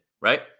right